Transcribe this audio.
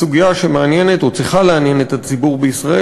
בסוגיה שמעניינת או צריכה לעניין את הציבור בישראל.